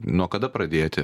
nuo kada pradėti